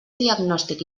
diagnòstic